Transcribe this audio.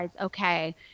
Okay